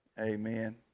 Amen